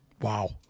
Wow